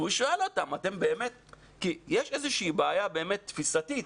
יש איזושהי בעיה באמת תפיסתית.